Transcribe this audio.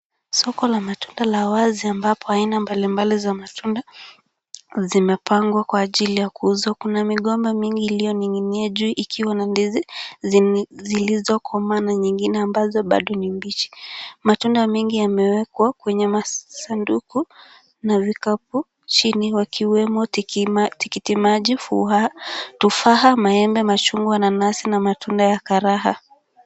Soko la matunda la wazi ambapo aina mbalimbali za matunda zimepangwa kwa ajili ya kuuzwa. Kuna migomba mingi iliyoning'inia juu ikiwa na ndizi zilizokomaa na nyingine ambazo bado ni mbichi. Matunda mingi yamewekwa kwenye masanduku na vikapu chini wakiwemo tikiti maji, tufaha, maembe, machungwa, nanasi na matunda ya karaha.